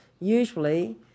Usually